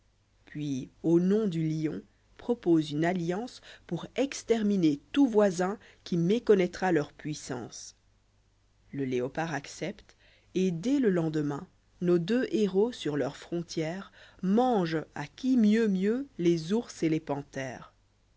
puis au nom du lion propose une alliance pour exterminer tout voisin qui méconnoîtra leur puissance le léopard accepte et dès le lendemain nos deux héros sur leurs frontières mangent a qui mieux mieux les ours et les panthères